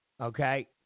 okay